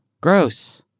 Gross